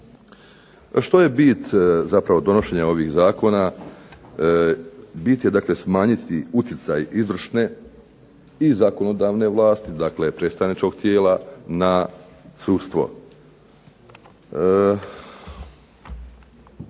Što je bit zapravo donošenja ovih zakona, bit je dakle smanjiti utjecaj izvršne i zakonodavne vlasti, dakle predstavničkog tijela na sudstvo.